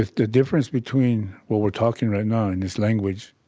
the difference between what we're talking right now in this language,